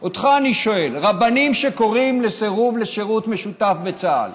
אותך אני שואל: רבנים שקוראים לסירוב לשירות משותף בצה"ל,